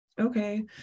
Okay